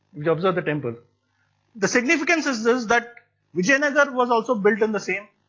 you observe it, and but the significance is this that vijayanagara was also built in the same